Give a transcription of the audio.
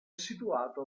situato